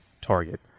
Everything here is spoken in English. target